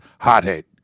hothead